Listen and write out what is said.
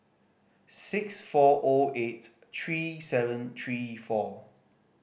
six four O eight three seven three four